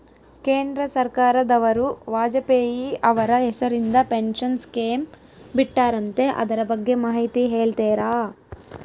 ಕೇಂದ್ರ ಸರ್ಕಾರದವರು ವಾಜಪೇಯಿ ಅವರ ಹೆಸರಿಂದ ಪೆನ್ಶನ್ ಸ್ಕೇಮ್ ಬಿಟ್ಟಾರಂತೆ ಅದರ ಬಗ್ಗೆ ಮಾಹಿತಿ ಹೇಳ್ತೇರಾ?